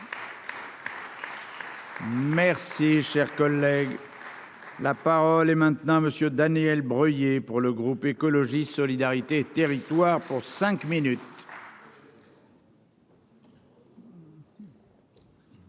Merci, cher collègue. La parole est maintenant à Monsieur Daniel Breuiller pour le groupe écologiste Solidarité territoire pour cinq minutes.